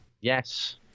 Yes